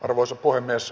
arvoisa puhemies